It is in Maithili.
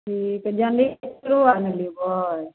ठीक जनरेटरो आर ने लेबै